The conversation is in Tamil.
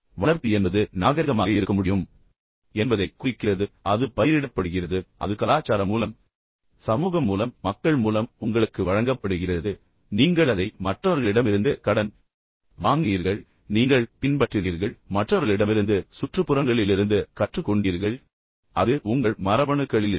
வளர்ப்பு என்பது நாகரிகமாக இருக்க முடியும் என்பதைக் குறிக்கிறது அது பயிரிடப்படுகிறது அது கலாச்சாரம் மூலம் சமூகம் மூலம் மக்கள் மூலம் உங்களுக்கு வழங்கப்படுகிறது நீங்கள் அதை மற்றவர்களிடமிருந்து கடன் வாங்கினீர்கள் நீங்கள் பின்பற்றினீர்கள் மற்றவர்களிடமிருந்து சுற்றுப்புறங்களிலிருந்து கற்றுக்கொண்டீர்கள் ஆனால் அது உங்கள் மரபணுக்களில் இல்லை